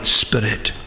spirit